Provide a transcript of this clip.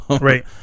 right